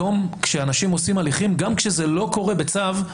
היום כשאנשים עושים הליכים, גם כשזה לא קורה בצו,